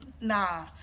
nah